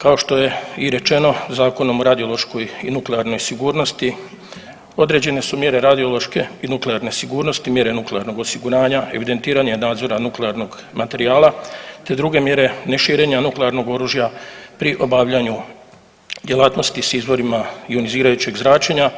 Kao što je i rečeno Zakonom o radiološkoj i nuklearnoj sigurnosti određene su mjere radiološke i nuklearne sigurnosti, mjere nuklearnog osiguranja, evidentiran je nadzor nad nuklearnog materijala te druge mjere ne širenja nuklearnog oružja pri obavljanju djelatnosti s izvorima ionizirajućeg zračenja,